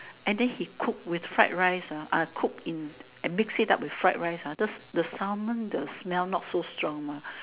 and then he cook with fried rice ah uh cook in and mix it up with fried rice ah just the Salmon the smell not so strong mah